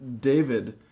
David